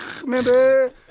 remember